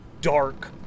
dark